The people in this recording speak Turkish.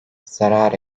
zarar